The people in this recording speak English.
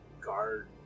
guard